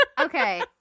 Okay